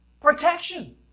protection